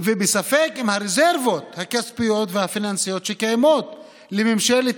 ובספק אם הרזרבות הכספיות והפיננסיות שקיימות לממשלת